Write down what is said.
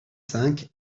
cinq